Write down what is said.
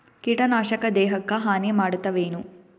ಕೀಟನಾಶಕ ದೇಹಕ್ಕ ಹಾನಿ ಮಾಡತವೇನು?